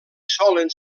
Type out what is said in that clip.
solen